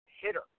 hitter